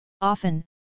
often